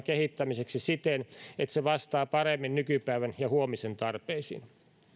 kehittämiseksi siten että se vastaa paremmin nykypäivän ja huomisen tarpeisiin